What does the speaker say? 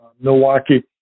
Milwaukee